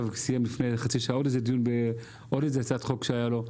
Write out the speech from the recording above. לפני חצי שעה הוא סיים עוד דיון בעוד הצעת חוק שלו.